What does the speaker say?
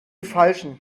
falschen